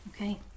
Okay